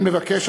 אני מבקש,